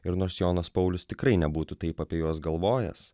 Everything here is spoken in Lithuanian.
ir nors jonas paulius tikrai nebūtų taip apie juos galvojęs